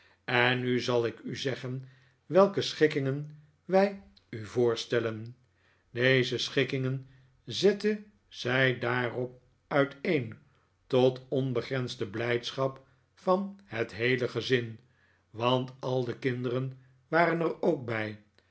en nu zal ik u zeggen welke schikkingen wij u voorstellen deze schikkingen zette zij daarop uiteen tot onbegrensde blijdschap van het heele gezin want al de kinderen waren er ook